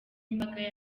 imbaga